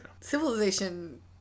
Civilization